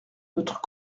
notre